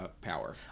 power